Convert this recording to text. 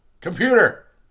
computer